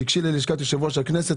תיגשי ללשכת יושב-ראש הכנסת.